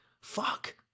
fuck